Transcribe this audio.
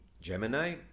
Gemini